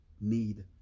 need